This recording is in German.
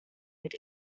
mit